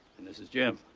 and this is jim.